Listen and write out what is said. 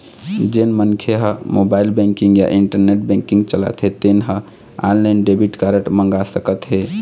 जेन मनखे ह मोबाईल बेंकिंग या इंटरनेट बेंकिंग चलाथे तेन ह ऑनलाईन डेबिट कारड मंगा सकत हे